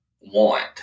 want